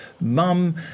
mum